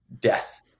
death